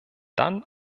dann